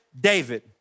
David